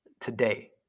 today